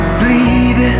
bleed